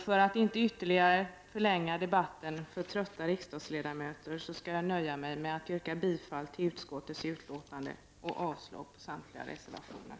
För att inte ytterligare förlänga debatten för trötta riksdagsledamöter nöjer jag mig med att yrka bifall till utskottets hemställan och avslag på samtliga reservationer.